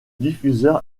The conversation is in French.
diffuseur